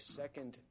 second